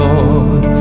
Lord